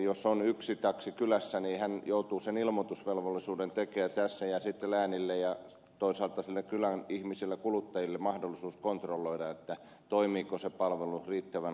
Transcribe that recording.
jos on yksi taksi kylässä niin hän joutuu sen ilmoitusvelvollisuuden täyttämään tässä ja sitten läänillä ja toisaalta siellä kylän ihmisillä kuluttajilla on mahdollisuus kontrolloida toimiiko se palvelu riittävän laadukkaasti